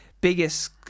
biggest